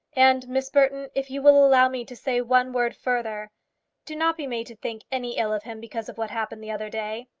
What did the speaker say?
and, miss burton, if you will allow me to say one word further do not be made to think any ill of him because of what happened the other day.